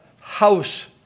house